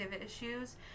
issues